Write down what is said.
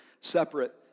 separate